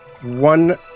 one